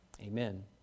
Amen